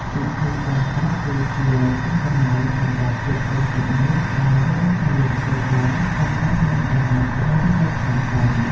ពិធីបុណ្យសពគឺជាទីកន្លែងសម្រាប់ជួបជុំសាច់ញាតិដែលរួមគ្នាធ្វើបុណ្យសម្រាប់អ្នកដែលបានចែកឋានទៅ។